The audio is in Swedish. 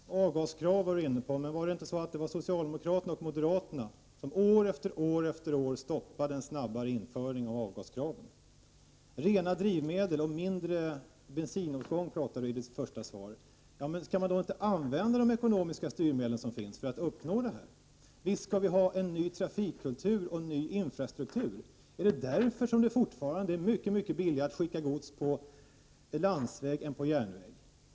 Herr talman! Statsrådet var inne på avgaskrav. Men var det inte socialdemokraterna och moderaterna som år efter år stoppade ett tidigare införande av avgaskraven? Statsrådet talade i sitt svar om rena drivmedel och mindre bensinåtgång. Skall man då inte använda de ekonomiska styrmedel som finns för att uppnå detta? Visst skall vi ha en ny trafikkultur och en ny infrastruktur. Är det därför som det fortfarande är mycket billigare att skicka gods på landsväg än på järnväg?